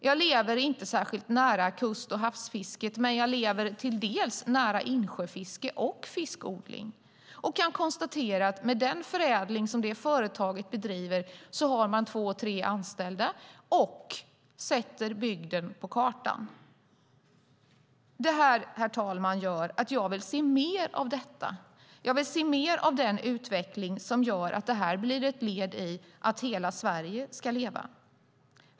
Jag lever inte särskilt nära kust och havsfisket, men jag lever till del nära insjöfiske och fiskodling och kan konstatera att företaget som bedriver förädling har 2-3 anställda och sätter bygden på kartan. Herr talman! Jag vill se mer av detta. Jag vill se mer av den utveckling som gör att det här blir ett led i att hela Sverige ska leva.